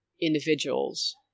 individuals